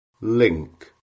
Link